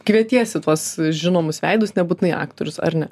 kvietiesi tuos žinomus veidus nebūtinai aktorius ar ne